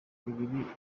ibiri